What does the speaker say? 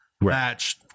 match